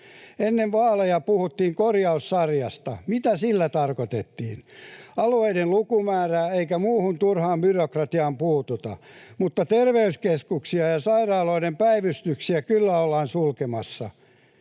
Ennen vaaleja puhuttiin korjaussarjasta. Mitä sillä tarkoitettiin? Alueiden lukumäärään eikä muuhun turhaan byrokratiaan puututa, mutta terveyskeskuksia ja sairaaloiden päivystyksiä kyllä ollaan sulkemassa,